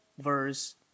verse